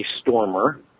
Stormer